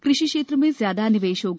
कृषि क्षेत्र में ज्यादा निवेश होगा